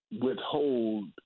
withhold